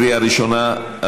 לקריאה ראשונה.